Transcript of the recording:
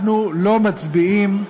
אנחנו לא מצביעים,